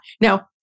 Now